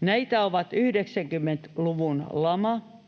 Näitä ovat 90-luvun lama, vuoden